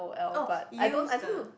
oh used ah